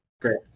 Great